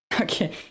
Okay